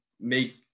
make